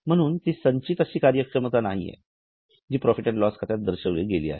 म्हणूनच ती संचित कार्यक्षमता नाही जी प्रॉफिट अँड लॉस खात्यात दर्शविली गेली आहे